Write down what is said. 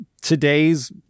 today's